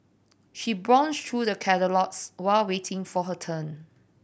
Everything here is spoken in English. she browsed through the catalogues while waiting for her turn